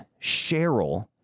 Cheryl